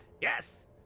Yes